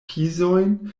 pizojn